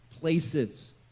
places